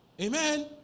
Amen